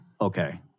Okay